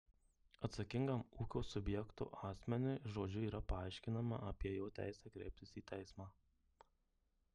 atsakingam ūkio subjekto asmeniui žodžiu yra paaiškinama apie jo teisę kreiptis į teismą